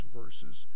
verses